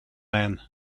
man